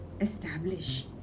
establish